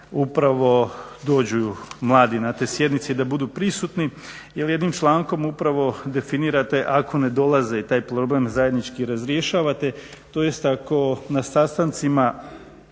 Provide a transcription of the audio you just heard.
upravo dođu mladi na te sjednice i da budu prisutni jer jednim člankom upravo definirate ako ne dolaze i taj problem zajednički razrješavate, tj. ako na sastancima